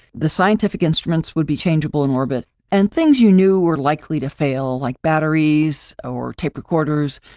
the scientific instruments would be changeable in orbit and things you knew were likely to fail, like batteries or tape recorders,